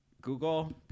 Google